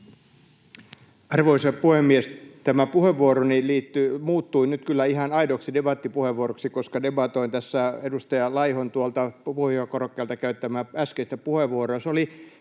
Arvoisa puhemies! Tämä puheenvuoroni muuttui nyt kyllä ihan aidoksi debattipuheenvuoroksi, koska debatoin tässä edustaja Laihon tuolta puhujakorokkeelta käyttämää äskeistä puheenvuoroa.